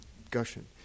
discussion